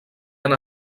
han